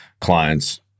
Clients